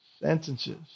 Sentences